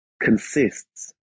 Consists